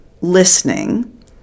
listening